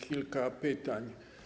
Kilka pytań.